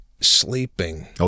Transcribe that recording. sleeping